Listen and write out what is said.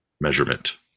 measurement